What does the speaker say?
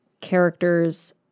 character's